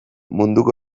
munduko